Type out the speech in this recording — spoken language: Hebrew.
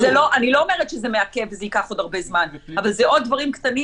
אני לא אומרת שזה מעכב וזה ייקח עוד הרבה זמן אבל אלה עוד דברים קטנים